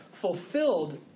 fulfilled